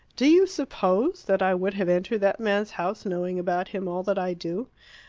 do you suppose that i would have entered that man's house, knowing about him all that i do?